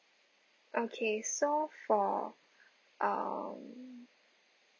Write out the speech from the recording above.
okay so for um